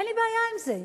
אין לי בעיה עם זה.